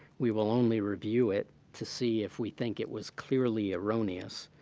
we will only review it to see if we think it was clearly erroneous.